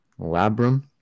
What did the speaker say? labrum